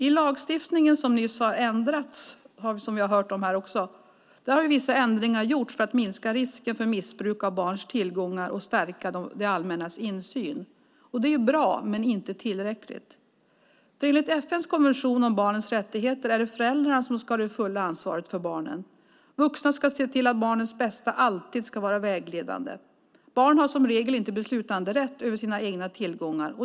I lagstiftningen, som nyss har ändrats, som vi har hört om här, har vissa ändringar gjorts för att minska risken för missbruk av barns tillgångar och stärka det allmännas insyn. Det är bra men inte tillräckligt. Enligt FN:s konvention om barnets rättigheter är det föräldrarna som ska ha det fulla ansvaret för barnen. Vuxna ska se till att barnens bästa alltid ska vara vägledande. Barn har som regel inte beslutanderätt över sina egna tillgångar.